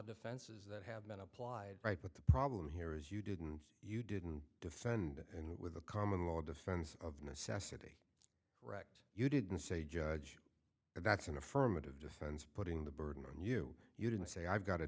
defenses that have been applied right but the problem here is you didn't you didn't defend in with a common law defense of necessity rect you didn't say judge if that's an affirmative defense putting the burden on you you didn't say i've got a